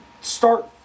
start